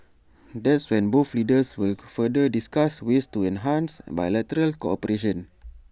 that's when both leaders will further discuss ways to enhance bilateral cooperation